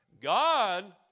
God